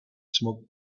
smoke